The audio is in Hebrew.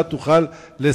קח את הדברים שלי כהווייתם,